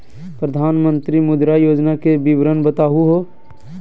प्रधानमंत्री मुद्रा योजना के विवरण बताहु हो?